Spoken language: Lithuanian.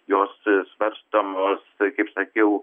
jos svarstomos kaip sakiau